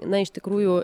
na iš tikrųjų